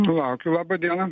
laukiu laba diena